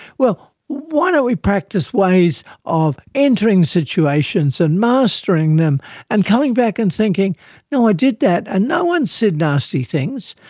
well, why don't we practice ways of entering situations and mastering them and coming back and thinking i did that and no one said nasty things.